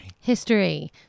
History